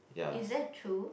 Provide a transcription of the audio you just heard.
is that true